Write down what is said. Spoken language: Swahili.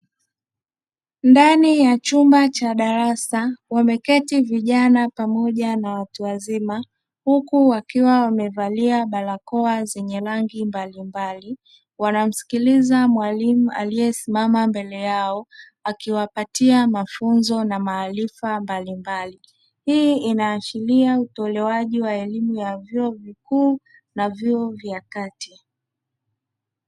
Ndani ya chumba cha darasa wameketi vijana pamoja na watu wazima huku wakiwa wamevalia barakoa zenye rangi mbalimbali, wanamsikiliza mwalimu aliyesimama mbele yao akiwapatia mafunzo na maarifa mbalimbali hii inaashiria utolewaji wa elimu ya vyuo vikuu na vyuo vya kati.